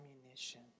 ammunition